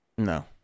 No